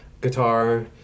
guitar